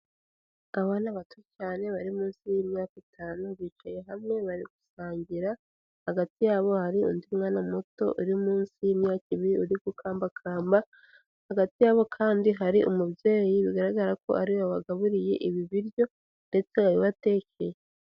Abana bato cyane bari munsi y'imyaka itanu, bicaye hamwe bari gusangira. Hagati yabo hari undi mwana muto uri munsi y'imyaka ibiri uri gukambakamba, hagati yabo kandi hari umubyeyi bigaragara ko ari we wagaburiye ibi biryo, ndetse wabibatekeye.